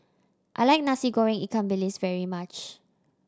I like Nasi Goreng ikan bilis very much